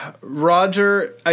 Roger